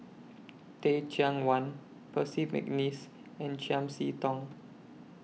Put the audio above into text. Teh Cheang Wan Percy Mcneice and Chiam See Tong